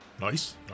Nice